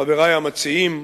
חברי המציעים,